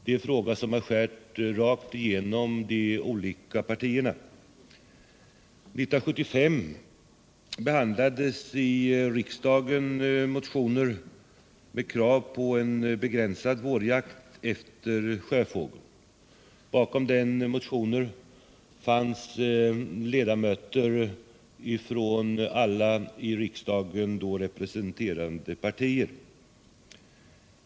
Det är en fråga som har skurit rakt igenom de olika partierna. vårjakt efter sjöfågel. Bakom den motionen fanns ledamöter från alla i riksdagen då representerade partier.